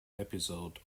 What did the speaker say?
episode